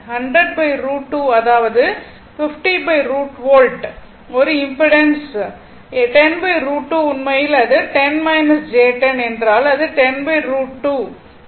100 √2 அதாவது 50 √2 வோல்ட் ஒரு இம்பிடன்ஸ் 10 √2 உண்மையில் அது 10 j 10 என்றால் அது 10 √ 2 ஆகும்